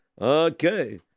Okay